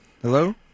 Hello